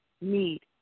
need